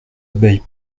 abeille